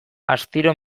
astiro